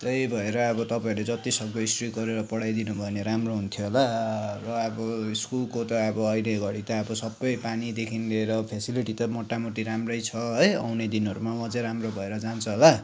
त्यही भएर अब तपाईँहरूले जति सक्दो स्ट्रिक गरेर पढाइदिनुभयो भने राम्रो हुन्थ्यो होला र अब स्कुलको त अब अहिले घडी त सबै पानीदेखिन् लिएर फेसिलिटी त मोटामोटी राम्रै छ है आउने दिनहरूमा अझै राम्रो भएर जान्छ होला